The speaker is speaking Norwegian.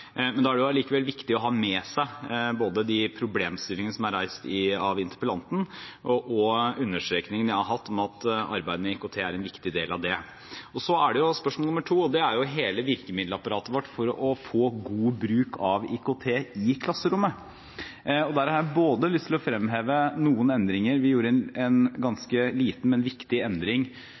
Men det er likevel viktig å ha med seg både de problemstillingene som er reist av interpellanten, og understrekningene jeg har hatt om at arbeidet med IKT er en viktig del av det. Spørsmål nr. 2 dreier seg om hele virkemiddelapparatet vårt for å få til god bruk av IKT i klasserommet. I den forbindelse har jeg lyst å fremheve noen endringer. Vi gjorde en ganske liten, men viktig endring